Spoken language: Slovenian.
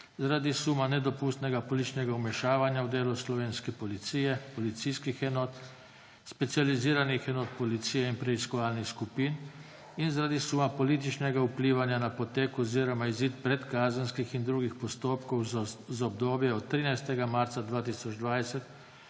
zaradi suma nedopustnega političnega vmešavanja v delo slovenske policije, policijskih enot, specializiranih enot policije in preiskovalnih skupin in zaradi suma političnega vplivanja na potek oziroma izid predkazenskih in drugih postopkov za obdobje od 13. marca 2020